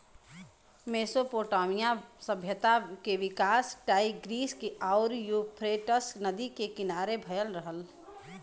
Mesopotamia सभ्यता के विकास टाईग्रीस आउर यूफ्रेटस नदी के किनारे भयल रहल